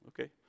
okay